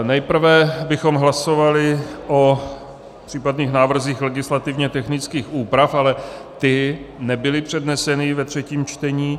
Nejprve bychom hlasovali o případných návrzích legislativně technických úprav, ale ty nebyly předneseny ve třetím čtení.